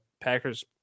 Packers